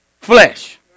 flesh